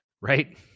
right